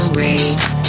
race